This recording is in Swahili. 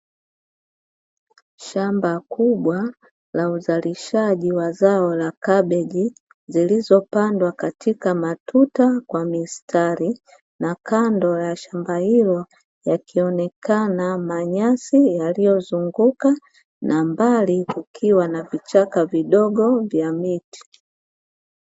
Shamba kubwa la uzalishaji wa zao la kabeji, zilizopandwa katika matuta jwa mistari, na kabdo ya shamba hilo yakionekana manyasi yaliyozunguka, na mbali kukiwa na vichaka vidogo vya miti.